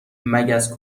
مگس